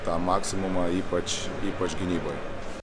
tą maksimumą ypač ypač gynyboj